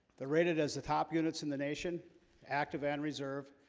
the rated as the top units in the nation active and reserve,